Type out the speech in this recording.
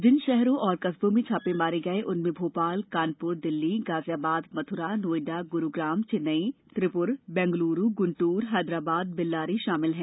जिन शहरों और कस्बों में छापे मारे गए उनमें भोपाल कानपुर दिल्ली गाजियाबाद मथुरा नोएडा गुरूग्राम चेन्नई थिरूवारूर वेल्लोंर तिरूपुर बैंगलुरू गुंदूर हैदराबाद बेल्लांरी शामिल हैं